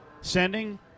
sending